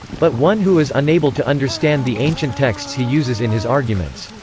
but one who is unable to understand the ancient texts he uses in his arguments.